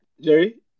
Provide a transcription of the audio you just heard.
Jerry